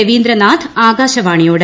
രവീന്ദ്രനാഥ് ആകാശവാണിയോട്